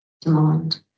demand